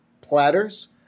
platters